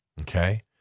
Okay